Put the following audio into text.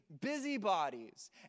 busybodies